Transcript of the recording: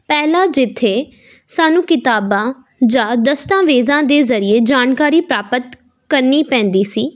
ਪਹਿਲਾਂ ਜਿੱਥੇ ਸਾਨੂੰ ਕਿਤਾਬਾਂ ਜਾਂ ਦਸਤਾਵੇਜ਼ਾਂ ਦੇ ਜ਼ਰੀਏ ਜਾਣਕਾਰੀ ਪ੍ਰਾਪਤ ਕਰਨੀ ਪੈਂਦੀ ਸੀ